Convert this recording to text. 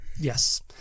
Yes